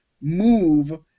move